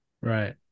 right